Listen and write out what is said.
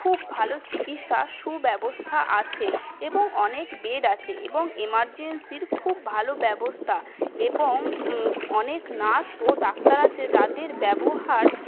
খুব ভালো চিকিৎসার সুব্যবস্থা আছে এবং অনেক বেড আছে এবং এমার্জেন্সির খুব ভালো ব্যবস্থা এবং অনেক নার্স ও ডাক্তার আছে যাদের ব্যবহার